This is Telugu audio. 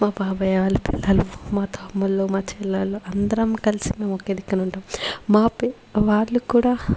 మా బాబయ్య వాళ్ళ పిల్లలు మా తమ్ముళ్ళు మా చెల్లెలు అందరం కలిసి మేము ఒకే దిక్కున ఉంటాం మా పి వాళ్ళుక్కూడా